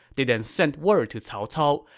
they then sent word to cao cao,